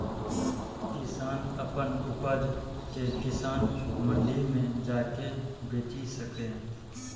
किसान अपन उपज कें किसान मंडी मे जाके बेचि सकैए